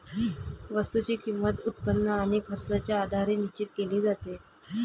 वस्तूची किंमत, उत्पन्न आणि खर्चाच्या आधारे निश्चित केली जाते